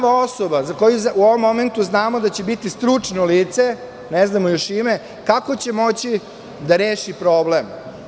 Ta nova osoba, za koju u ovom momentu znamo da će biti stručno lice, ne znamo joj ime, kako će moći da reši problem?